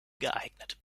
geeignet